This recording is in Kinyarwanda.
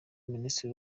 minisitiri